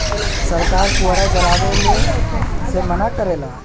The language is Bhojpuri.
सरकार पुअरा जरावे से मना करेला